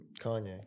Kanye